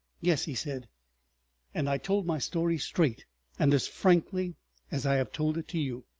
yes, he said and i told my story straight and as frankly as i have told it to you.